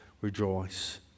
rejoice